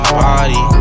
body